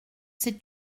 sais